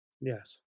yes